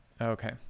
okay